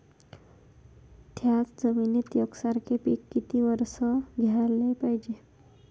थ्याच जमिनीत यकसारखे पिकं किती वरसं घ्याले पायजे?